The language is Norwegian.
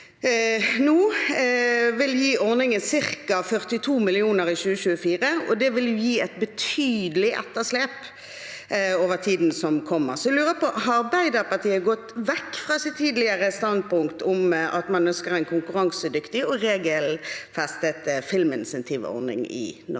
nå vil gi ordningen ca. 42 mill. kr i 2024, og det vil gi et betydelig etterslep i tiden som kommer. Jeg lurer på: Har Arbeiderpartiet gått vekk fra sitt tidligere standpunkt om at man ønsker å ha en konkurransedyktig og regelfestet filminsentivordning i Norge?